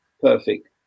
perfect